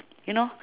you know